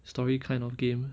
story kind of game